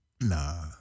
Nah